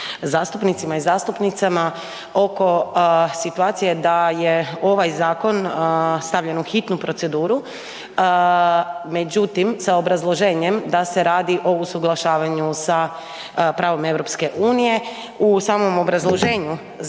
zastupnicima i zastupnicama oko situacije da je ovaj zakon stavljen u hitnu proceduru međutim sa obrazloženjem da se radi o usuglašavanju sa pravom EU. U samom obrazloženju zakona